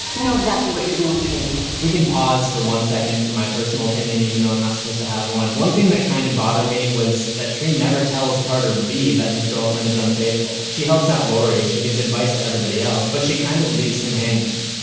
know exactly what you're doing tree. if we can pause for one second for my personal opinion even though i'm not supposed to have one, one thing that kind of bothered me, was that tree never tells carter b that his girlfriend is unfaithful. she helps out lori, she gives advice to everyone else, but she kind of leaves him hanging.